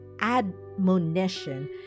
admonition